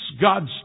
God's